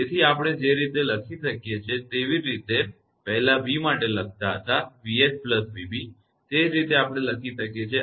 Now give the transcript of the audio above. તેથી આપણે તે જ લખી શકીએ છીએ જેવી રીતે આપણે પહેલા v માટે લખતા હતા કે 𝑣𝑓𝑣𝑏 તે જ રીતે આપણે લખી શકીએ છીએ